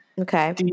Okay